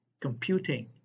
computing